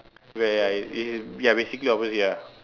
where like it's ya basically opposite lah